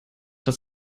das